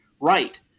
Right